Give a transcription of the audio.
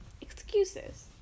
excuses